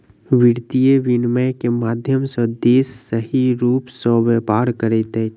वित्तीय विनियम के माध्यम सॅ देश सही रूप सॅ व्यापार करैत अछि